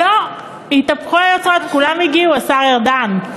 לא, התהפכו היוצרות וכולם הגיעו, השר ארדן.